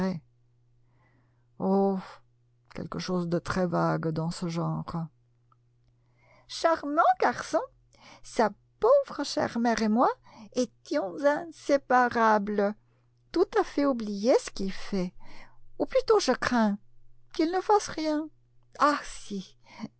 quelque chose de très vague dans ce genre charmant garçon sa pauvre chère mère et moi étions inséparables tout à fait oublié ce qu'il fait ou plutôt je crains qu'il ne fasse rien